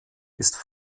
ist